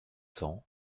cents